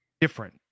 Different